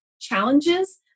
challenges